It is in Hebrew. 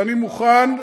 ואני מוכן,